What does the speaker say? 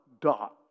dot